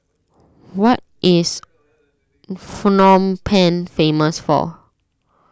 what is Phnom Penh famous for